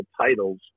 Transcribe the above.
titles